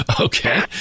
Okay